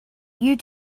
you